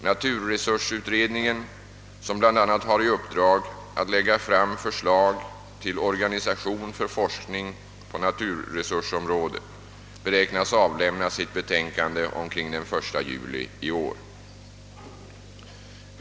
Naturresursutredningen, som bl.a. har i uppdrag att lägga fram förslag till organisation för forskning på naturresursområdet, beräknas avlämna sitt betänkande omkring den 1 juli i år.